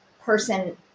person